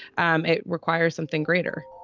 um it requires something greater